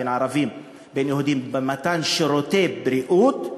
בין ערבים ליהודים במתן שירותי בריאות,